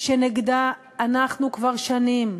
שנגדה אנחנו כבר שנים,